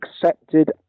accepted